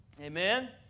Amen